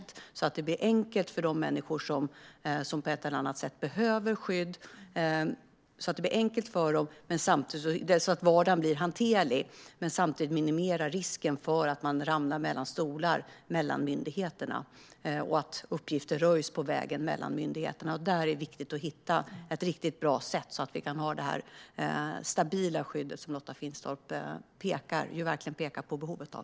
Det måste bli enkelt och vardagen måste bli hanterlig för de människor som på ett eller annat sätt behöver skydd. Samtidigt måste vi minimera risken för att man ramlar mellan stolarna mellan de olika myndigheterna eller att uppgifter röjs på vägen mellan myndigheterna. Där är det viktigt att vi hittar ett riktigt bra sätt så att vi kan ha det stabila skydd som Lotta Finstorp pekar på behovet av.